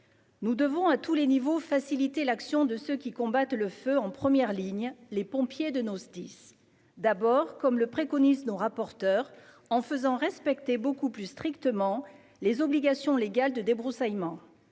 Nous devons, à tous les niveaux, faciliter l'action de ceux qui combattent le feu en première ligne : les pompiers de nos Sdis. Comme le préconisent nos rapporteurs, il faut faire respecter beaucoup plus strictement les obligations légales de débroussaillement.